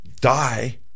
die